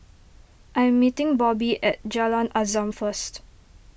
I am meeting Bobby at Jalan Azam first